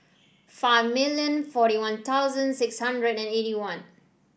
five million forty One Thousand six hundred and eighty one